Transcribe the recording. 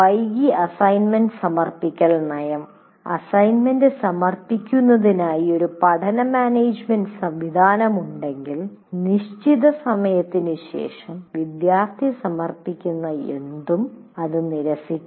വൈകി അസൈൻമെന്റ് സമർപ്പിക്കൽ നയം അസൈൻമെന്റ് സമർപ്പിക്കുന്നതിനായി ഒരു പഠനമാനേജുമെന്റ് സംവിധാനമുണ്ടെങ്കിൽ നിശ്ചിത സമയത്തിന് ശേഷം വിദ്യാർത്ഥി സമർപ്പിക്കുന്ന എന്തും അത് നിരസിക്കും